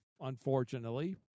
Unfortunately